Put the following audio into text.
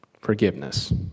Forgiveness